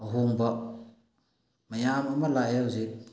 ꯑꯍꯣꯡꯕ ꯃꯌꯥꯝ ꯑꯃ ꯂꯥꯛꯑꯦ ꯍꯧꯖꯤꯛ